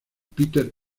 peter